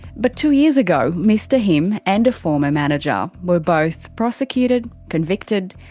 but two years ago, mr him and a former manager were both prosecuted, convicted,